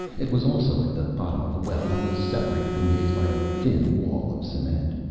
it was also at the bottom of a well and was separated from his by a thin wall of cement.